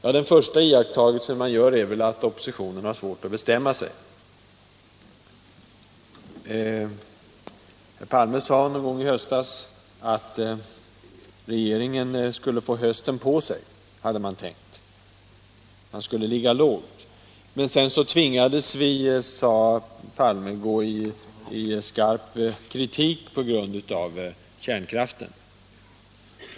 Min första iakttagelse är att oppositionen har svårt att bestämma sig. Herr Palme sade någon gång i höstas att regeringen skulle få hösten på sig, hade man tänkt. Oppositionen skulle ligga lågt, men sedan tvingades man, sade herr Palme, till skarp kritik på grund av kärnkraften.